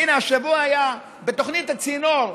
הינה, השבוע היה בתוכנית "הצינור"